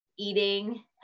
Eating